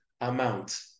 amount